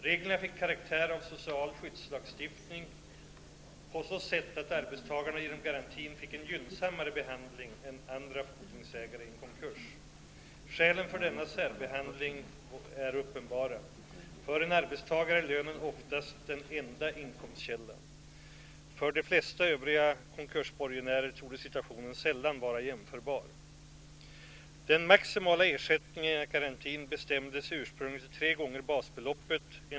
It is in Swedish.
Reglerna fick karaktär av social skyddslagstiftning på så sätt att arbetstagarna genom garantin fick en gynnsammare behandling än andra fordringsägare i en konkurs. Skälen för denna särbehandling är uppenbara. För en arbetstagare är lönen oftast den enda inkomstkällan. För de flesta övriga konkursborgenärer torde situationen sällan vara jämförbar.